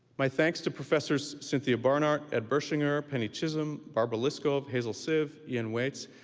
my thanks to professors cynthia bernhardt, ed bertschinger, penny chisholm, barbara liskov, hazel sive, ian waitz,